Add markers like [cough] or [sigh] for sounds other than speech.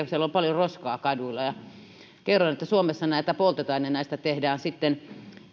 [unintelligible] siellä on paljon roskaa kaduilla ja kerroin että suomessa näitä poltetaan ja näistä tehdään sitten